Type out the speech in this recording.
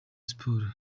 sports